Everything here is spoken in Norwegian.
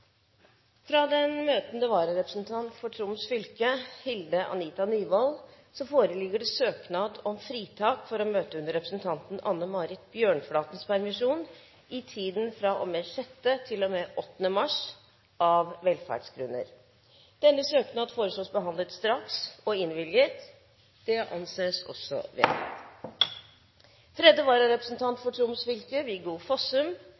Fra den møtende vararepresentant for Troms fylke, Hilde Anita Nyvoll, foreligger søknad om fritak for å møte under representanten Anne Marit Bjørnflatens permisjon i tiden fra og med 6. mars til og med 8. mars, av velferdsgrunner. Etter forslag fra presidenten ble enstemmig besluttet: Søknaden behandles straks og innvilges. Tredje vararepresentant for Troms fylke, Viggo Fossum,